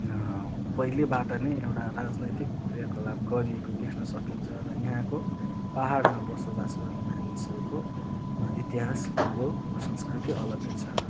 पहिलेबाट नै एउटा राजनीतिक क्रियाकलाप गरिएको देख्न सकिन्छ र यहाँको पाहाडमा बसोबास गर्ने मानिसहरूको इतिहास भूगोल र संस्कृति अलगै छ